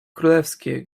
królewskie